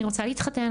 אני רוצה להתחתן,